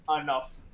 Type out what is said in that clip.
enough